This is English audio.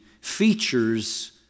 features